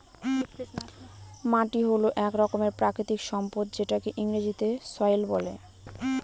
মাটি হল এক রকমের প্রাকৃতিক সম্পদ যেটাকে ইংরেজিতে সয়েল বলে